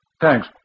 Thanks